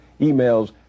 emails